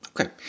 Okay